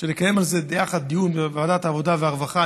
בהצעה שנקיים על זה יחד דיון בוועדת העבודה והרווחה.